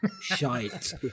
shite